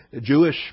Jewish